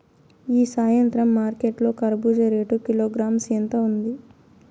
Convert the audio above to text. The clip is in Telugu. ఈ సాయంత్రం మార్కెట్ లో కర్బూజ రేటు కిలోగ్రామ్స్ ఎంత ఉంది?